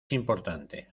importante